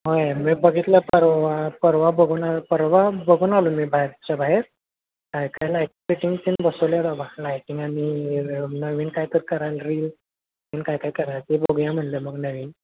होय मी बघितलं परवा परवा बघून परवा बघून आलो मी बाहेरच्या बाहेर कायकाय लाइट फिटिंग त्याने बसवलं आहे बाबा लायटिंग आणि नवीन कायतर करायला रील नवीन कायकाय करायला ते बघूया म्हणलं मग नवीन